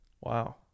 Wow